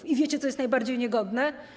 I wiecie, co jest najbardziej niegodne?